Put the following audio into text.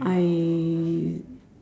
I